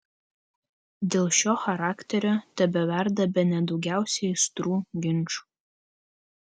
dėl šio charakterio tebeverda bene daugiausiai aistrų ginčų